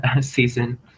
season